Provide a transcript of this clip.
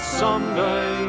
someday